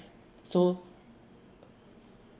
so